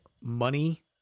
money